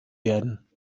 werden